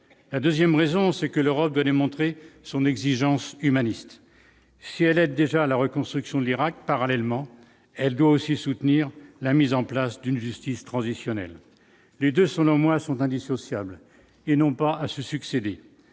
la 2ème raison, c'est que l'Europe venait montrer son exigence humaniste, si elle est déjà à la reconstruction de l'Irak, parallèlement, elle doit aussi soutenir la mise en place d'une justice transitionnelle de son moi sont indissociables et non pas à se succéder,